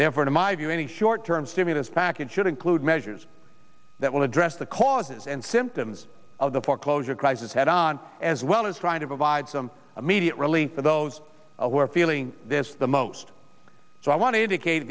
therefore in my view any short term stimulus package should include measures that will address the causes and symptoms of the foreclosure crisis head on as well as trying to provide some immediate relief for those who are feeling this the most so i wanted to